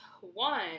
one